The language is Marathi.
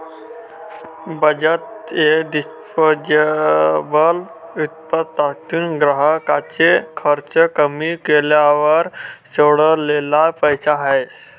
बचत हे डिस्पोजेबल उत्पन्नातून ग्राहकाचे खर्च कमी केल्यावर सोडलेला पैसा आहे